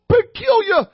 peculiar